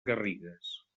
garrigues